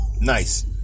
Nice